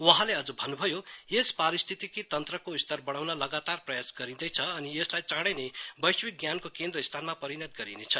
वहाँले अझ भन्नुभयो यस पारिस्थितिकि तन्त्रको स्तर बढ़ाउन लगातार प्रयास गरिंदैछ अनि यसलाई चाँडै नै वैश्विक ज्ञानको केन्द्र स्थानमा परिणत गरिनेछ